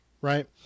right